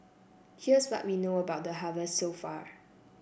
here's what we know about the harvest so far